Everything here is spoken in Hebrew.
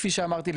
כפי שאמרתי,